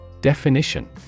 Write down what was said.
Definition